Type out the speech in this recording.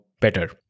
better